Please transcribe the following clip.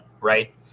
right